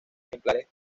ejemplares